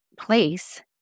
place